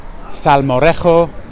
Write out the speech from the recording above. salmorejo